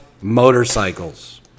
Motorcycles